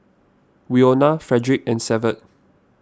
Winona Fredrick and Severt